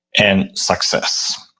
and success?